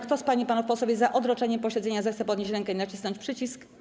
Kto z pań i panów posłów jest za odroczeniem posiedzenia, zechce podnieść rękę i nacisnąć przycisk.